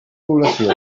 població